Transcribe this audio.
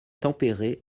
tempéré